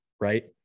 right